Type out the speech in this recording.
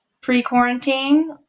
pre-quarantine